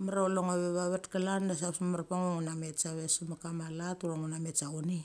Mamar a chule ngo ve va vet klan de a sik abes mamar pecha ngo ngu na met save sevet kama let urva ngo na met sa chonea.